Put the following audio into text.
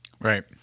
Right